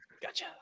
Gotcha